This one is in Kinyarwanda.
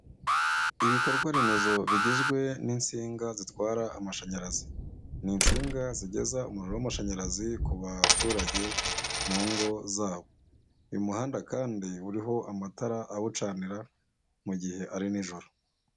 Ibikorwa remezo bigizwe n'insinga zitwara amashanyarazi, ni insinga zigeza umuriro w'amashanyarazi ku baturage mu ngo zabo. Uyu muhanda kandi uriho amatara awucanira mu gihe ari nijoro.